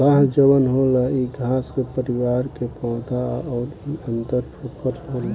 बांस जवन होला इ घास के परिवार के पौधा हा अउर इ अन्दर फोफर होला